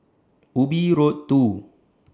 Ubi Road two